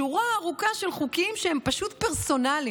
שורה ארוכה של חוקים שהם פשוט פרסונליים,